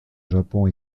japon